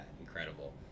incredible